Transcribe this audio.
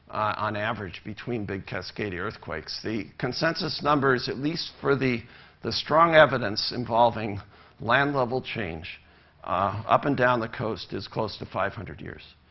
on average, between big cascadia earthquakes. the consensus numbers, at least for the the strong evidence involving land level change up and down the coast is close to five hundred years.